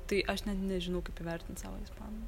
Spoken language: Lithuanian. tai aš net nežinau kaip įvertint savo ispanų